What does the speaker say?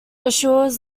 assures